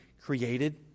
created